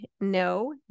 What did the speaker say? no